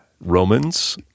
romans